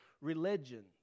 religions